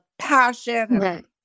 Passion